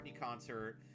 concert